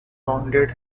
wounded